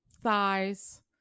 thighs